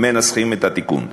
מנסחים את התיקון.